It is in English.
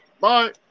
Bye